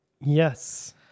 Yes